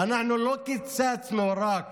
אנחנו לא קיצצנו רק